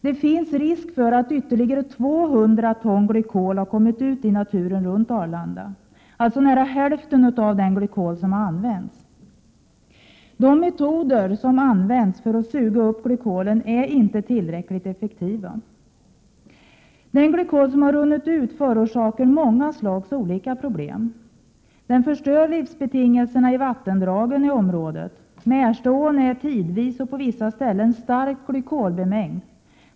Det finns risk för att ytterligare 200 ton glykol har kommit ut i naturen runt Arlanda, alltså nära hälften av den glykol som har använts. De metoder som används för att suga upp glykolen är inte tillräckligt effektiva. Den glykol som har runnit ut förorsakar många slags problem. Den förstör livsbetingelserna i vattendragen i området. Märstaån är tidvis och på vissa ställen starkt glykolbemängd.